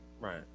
Right